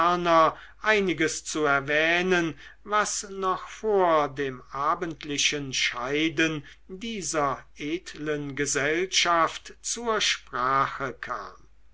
einiges zu erwähnen was noch vor dem abendlichen scheiden dieser edlen gesellschaft zur sprache kam